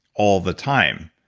all the time.